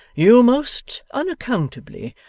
you most unaccountably,